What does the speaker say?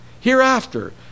hereafter